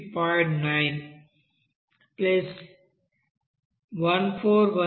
9 ఇది ఈథేన్ కోసం1410